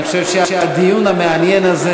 אני חושב שהדיון המעניין הזה,